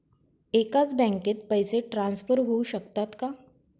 एकाच बँकेत पैसे ट्रान्सफर होऊ शकतात का?